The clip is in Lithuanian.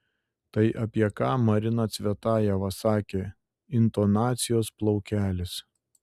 tai apie ką marina cvetajeva sakė intonacijos plaukelis